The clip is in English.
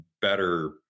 better